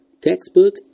textbook